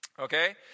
Okay